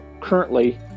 currently